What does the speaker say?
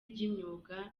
ry’imyuga